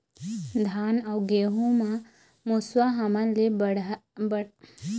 धान अउ गेहूं म मुसवा हमन ले बड़हाए नुकसान होथे ओकर बर का उपाय करना ये?